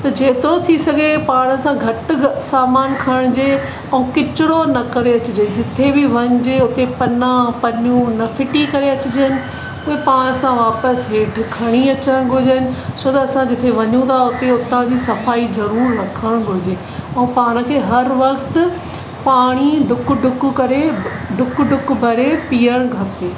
त जेतिरो थी सघे पाण सां घटि सामान खणिजे ऐं किचिरो न करे अचिजे जिते बि वञिजे हुते पना पनियूं न फ़िटी करे अचिजनि उहे पाण सां वापसि हेठि खणी अचणु घुरजनि छो त असां जिते वञूं था उते उता जी सफ़ाई ज़रूरु रखणु घुरजे ऐं पाण खे हर वक़्तु पाणी डुक डुक करे डुक डुक भरे पीअण खपे